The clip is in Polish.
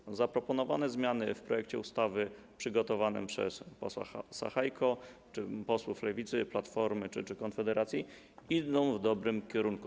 Zmiany zaproponowane w projekcie ustawy przygotowanym przez posła Sachajkę czy posłów Lewicy, Platformy czy Konfederacji idą w dobrym kierunku.